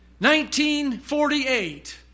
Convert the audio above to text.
1948